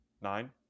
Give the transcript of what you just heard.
Nine